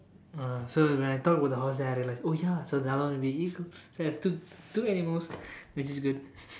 ah so when I thought about the horse so then I realize oh ya so the other one would be eagle so I've two two animals which is good